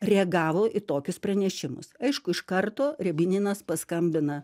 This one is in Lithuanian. reagavo į tokius pranešimus aišku iš karto riebininas paskambina